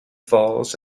falls